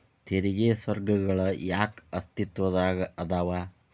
ತೆರಿಗೆ ಸ್ವರ್ಗಗಳ ಯಾಕ ಅಸ್ತಿತ್ವದಾಗದವ